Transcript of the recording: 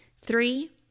Three